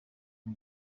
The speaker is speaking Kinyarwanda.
ngo